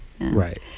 right